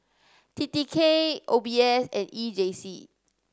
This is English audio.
T T K O B S and E J C